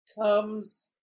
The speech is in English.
comes